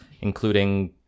including